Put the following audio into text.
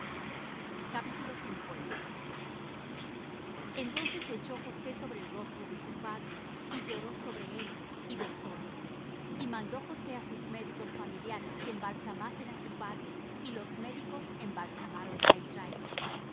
sus padres entonces se echó josé sobre el rostro de su padre y lloró sobre él y besólo y mandó josé á sus médicos familiares que embalsamasen á su padre y los médicos embalsamaron á israel